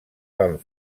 van